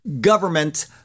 government